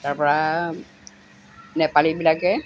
তাৰ পৰা নেপালীবিলাকে